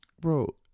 Bro